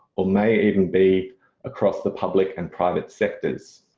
or may even be across the public and private sectors.